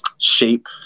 shape